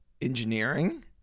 engineering